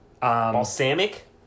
Balsamic